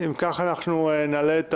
אם כך, אנחנו נעלה את